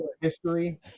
history